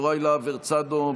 יוראי להב הרצנו,